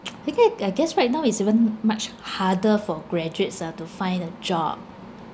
I gue~ I guess right now it's even much harder for graduates ah to find a job